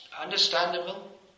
understandable